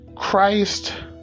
Christ